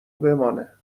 بمانه